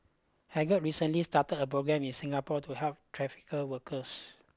Hagar recently started a programme in Singapore to help trafficked workers